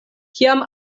kiam